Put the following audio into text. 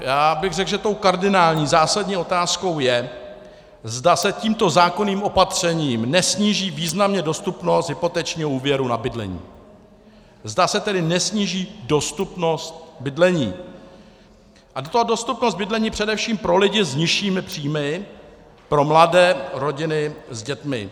Já bych řekl, že tou kardinální zásadní otázkou je, zda se tímto zákonným opatřením nesníží významně dostupnost hypotečního úvěru na bydlení, zda se tedy nesníží dostupnost bydlení, a to dostupnost bydlení především pro lidi s nižšími příjmy, pro mladé rodiny s dětmi.